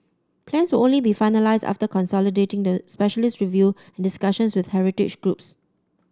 plans will only be finalised after consolidating the specialist review and discussions with heritage groups